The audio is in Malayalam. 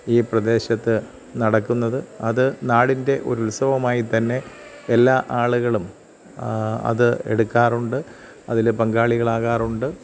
ഈ പ്രദേശത്ത് നടക്കുന്നത് അത് നാടിൻ്റെ ഒരു ഉത്സവമായിത്തന്നെ എല്ലാ ആളുകളും അത് എടുക്കാറുണ്ട് അതില് പങ്കാളികളാകാറുണ്ട്